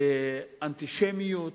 אנטישמיות,